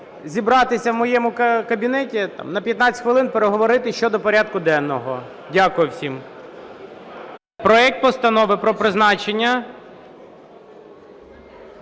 зібратися в моєму кабінеті на 15 хвилин, переговорити щодо порядку денного. Дякую всім.